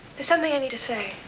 there's something i need to say.